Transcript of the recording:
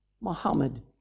Muhammad